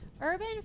Urban